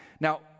Now